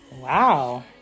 wow